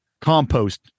Compost